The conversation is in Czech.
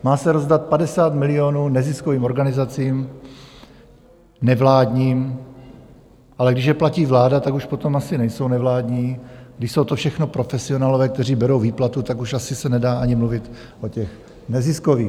Má se rozdat 50 milionů neziskovým organizacím nevládním, ale když je platí vláda, tak už potom asi nejsou nevládní, když jsou to všechno profesionálové, kteří berou výplatu, tak už asi se nedá ani mluvit o těch neziskových.